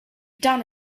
done